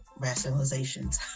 rationalizations